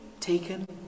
taken